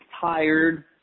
tired